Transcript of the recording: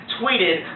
tweeted